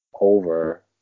over